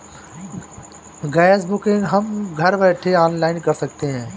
gas booking हम घर बैठे ऑनलाइन कर सकते है